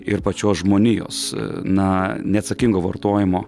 ir pačios žmonijos na neatsakingo vartojimo